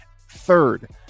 third